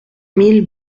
mille